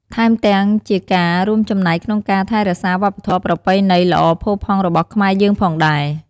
ថែមទាំងជាការរួមចំណែកក្នុងការថែរក្សាវប្បធម៌ប្រពៃណីល្អផូរផង់របស់ខ្មែរយើងផងដែរ។